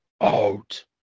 out